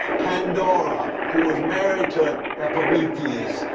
pandora who was married to epimethius.